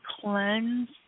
cleanse